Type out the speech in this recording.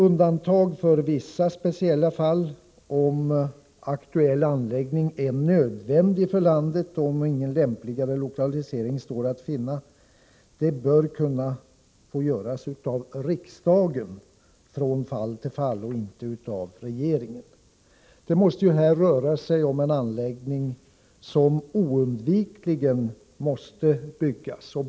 Undantag för vissa speciella fall — om en aktuell anläggning är nödvändig för landet eller om någon lämpligare lokalisering inte står att finna — bör få göras av riksdagen, men inte av regeringen. Det måste här röra sig om en anläggning som oundvikligen måste byggas.